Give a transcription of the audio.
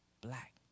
black